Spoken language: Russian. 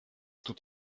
тут